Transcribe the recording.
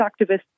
activists